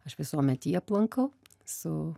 aš visuomet jį aplankau su